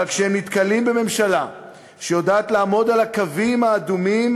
אבל כשהם נתקלים בממשלה שיודעת לעמוד על הקווים האדומים,